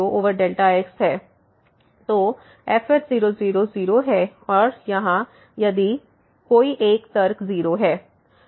तो f0 0 0 है और यहाँ यदि कोई एक तर्क 0 है